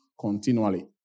continually